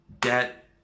debt